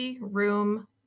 room